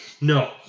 no